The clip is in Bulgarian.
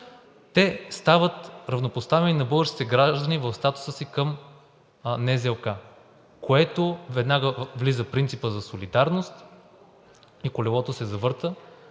те стават равнопоставени на българските граждани в статуса си към НЗОК, от което веднага влиза принципът за солидарност и колелото се завърта.